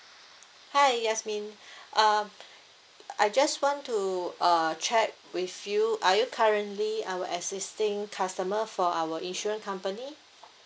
hi yasmin um I just want to uh check with you are you currently our existing customer for our insurance company